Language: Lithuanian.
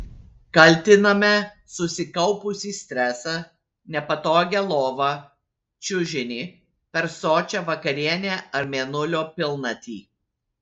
kaltiname susikaupusį stresą nepatogią lovą čiužinį per sočią vakarienę ar mėnulio pilnatį